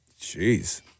Jeez